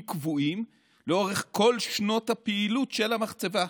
קבועים לאורך כל שנות הפעילות של המחצבה.